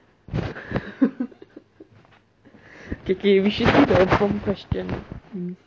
okay okay we should see the prompt question let me see